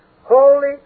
holy